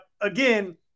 again